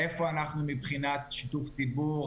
איפה אנחנו מבחינת שיתוף ציבור,